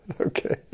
okay